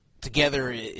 together